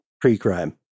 Pre-crime